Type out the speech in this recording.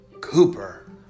Cooper